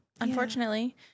unfortunately